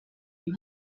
you